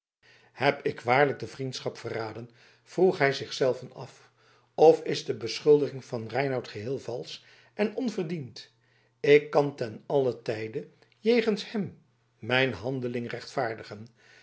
heb ik waarlijk de vriendschap verraden vroeg hij zich zelven af of is de beschuldiging van reinout geheel valsch en onverdiend ik kan ten allen tijde jegens hem mijn handelingen rechtvaardigen